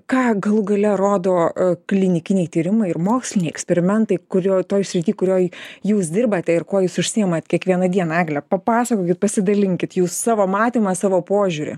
ką galų gale rodo klinikiniai tyrimai ir moksliniai eksperimentai kurio toj srity kurioj jūs dirbate ir kuo jūs užsiimat kiekvieną dieną egle papasakokit pasidalinkit jūs savo matymą savo požiūrį